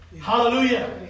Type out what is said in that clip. Hallelujah